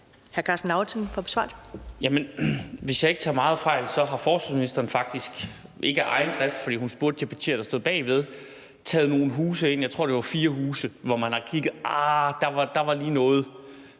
Karsten Lauritzen (V): Hvis jeg ikke tager meget fejl, har forsvarsministeren faktisk – ikke af egen drift, for hun spurgte de partier, som stod bag ved – taget nogle huse, jeg tror, det var fire huse, hvor man har kigget og sagt: Arh, der var lige noget.